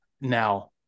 now